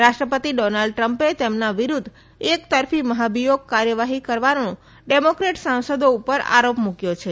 રાષ્ટ્રપતિ ટ્રમ્પે તેમના વિરુદ્ધ એક તરફી મહાભિયોગ કાર્યવાહી કરવાનો ડેમોક્રેટ સાંસદો ઉપર આરોપ મુક્યો છે